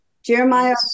Jeremiah